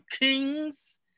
Kings